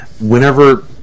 Whenever